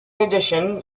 addition